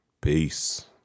peace